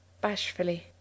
Bashfully